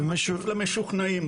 אתה משכנע את המשוכנעים,